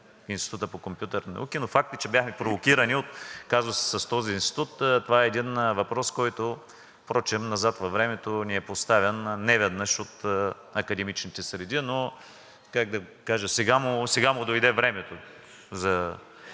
Института по компютърни науки, но факт е, че бяхме провокирани от казуса с този институт. Това е един въпрос, който впрочем назад във времето ни е поставян неведнъж от академичните среди, но как да кажа, сега му дойде времето за